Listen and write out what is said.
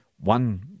one